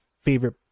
favorite